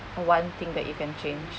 one thing that you can change